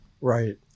Right